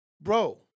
bro